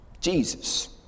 Jesus